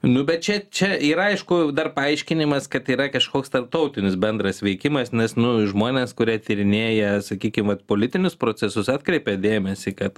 nu bet čia čia yra aišku dar paaiškinimas kad tai yra kažkoks tarptautinis bendras veikimas nes nu žmonės kurie tyrinėja sakykim vat politinius procesus atkreipia dėmesį kad